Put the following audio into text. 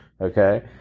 okay